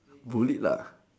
bullied lah